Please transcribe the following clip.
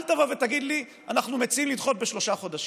אל תבוא ותגיד לי: אנחנו מציעים לדחות בשלושה חודשים.